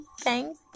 Thank